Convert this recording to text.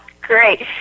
Great